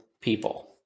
people